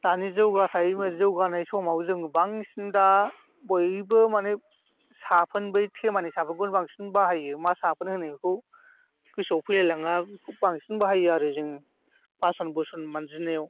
दानि जौगानाय समाव जों बांसिन दा बयबो माने साबोन बै थेमानि साबोनखौनो बांसिन बाहायो मा साबोन होनो बेखौ गोसोआव फैलाय लाङा बांसिन बाहायो आरो जोङो बासोन बुसन मानजिनायाव